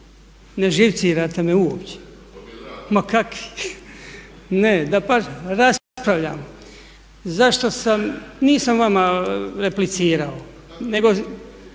ne živcirate. Ma kakvi! Ne, dapače, raspravljamo. Zašto sam, nisam vam replicirao nego